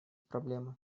проблемы